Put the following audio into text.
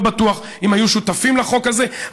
לא בטוח אם היו שותפים לחוק הזה,